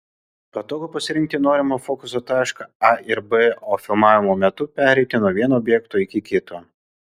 patogu pasirinkti norimą fokuso tašką a ir b o filmavimo metu pereiti nuo vieno objekto iki kito